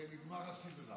נגמרה הסדרה